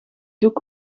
doek